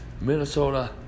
Minnesota